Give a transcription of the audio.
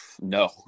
no